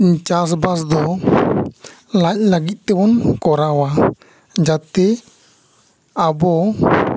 ᱪᱟᱥ ᱵᱟᱥ ᱫᱚ ᱞᱟᱡ ᱞᱟᱹᱜᱤᱫ ᱛᱮᱵᱚᱱ ᱠᱚᱨᱟᱣᱟ ᱡᱟᱛᱮ ᱟᱵᱚ